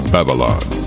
Babylon